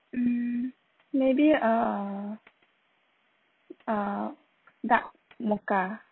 mm maybe a a dark mocha